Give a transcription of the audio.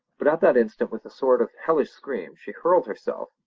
but at that instant, with a sort of hellish scream, she hurled herself,